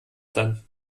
dann